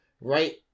right